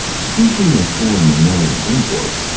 speaking of foreign mammalian imports,